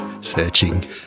Searching